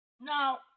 Now